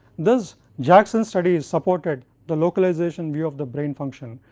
this jackson study is supported the localization view of the brain function,